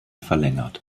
verlängert